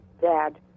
dad